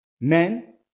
men